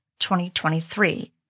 2023